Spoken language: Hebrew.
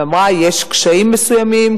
ואמרה: יש קשיים מסוימים,